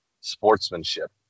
sportsmanship